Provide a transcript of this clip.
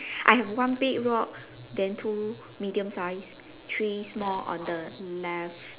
I have one big rock then two medium size three small on the left